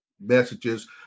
messages